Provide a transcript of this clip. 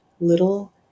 little